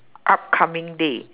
upcoming day